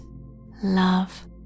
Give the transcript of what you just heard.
love